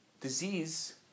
disease